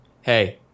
Hey